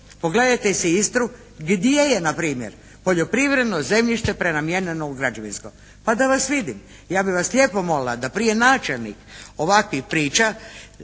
pogledajte si Istru gdje je na primjer poljoprivredno zemljište prenamijenjeno u građevinsko. Pa da vas vidim. Ja bih vas lijepo molim da prije načelnih ovakvih priča